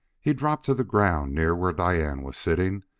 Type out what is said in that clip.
he dropped to the ground near where diane was sitting,